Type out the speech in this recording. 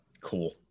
Cool